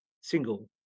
single